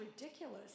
ridiculous